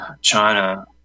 China